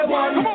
one